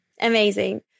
Amazing